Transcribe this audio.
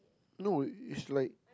no is like